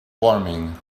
warming